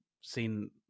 seen